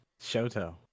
Shoto